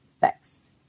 fixed